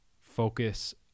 focus